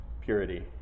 purity